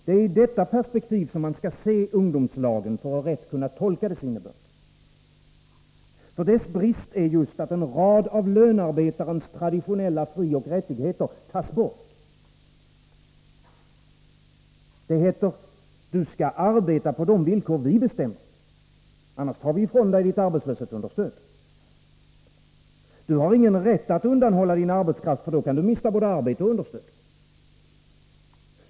Det är i detta perspektiv man skall se ungdomslagen för att rätt tolka dess innebörd. Dess brist är just att en rad av lönarbetarens traditionella frioch rättigheter tas bort: Det heter: Du skall arbeta på de villkor vi bestämmer, annars tar vi ifrån dig ditt arbetslöshetsunderstöd. Du har ingen rätt att undanhålla din arbetskraft, för då kan du mista både arbete och understöd.